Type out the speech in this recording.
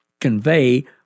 convey